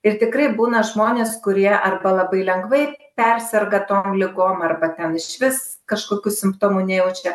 ir tikrai būna žmonės kurie arba labai lengvai perserga tom ligom arba ten išvis kažkokių simptomų nejaučia